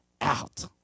out